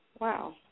Wow